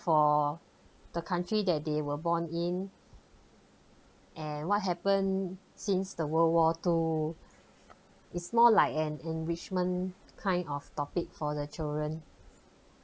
for the country that they were born in and what happened since the world war two it's more like an enrichment kind of topic for their children